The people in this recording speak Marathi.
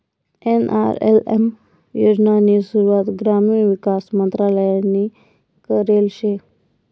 एन.आर.एल.एम योजनानी सुरुवात ग्रामीण विकास मंत्रालयनी करेल शे